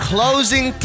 Closing